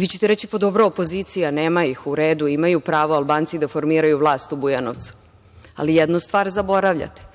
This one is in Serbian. Vi ćete reći, dobro, opozicija, nema ih, u redu, imaju pravo Albanci da formiraju vlast u Bujanovcu. Ali, jednu stvar zaboravljate,